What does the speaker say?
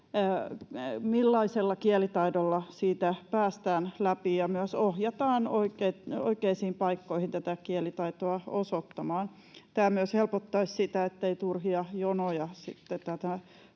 millaisella kielitaidolla siitä päästään läpi, ja myös ohjataan oikeisiin paikkoihin tätä kielitaitoa osoittamaan. Tämä myös helpottaisi sitä, ettei turhia jonoja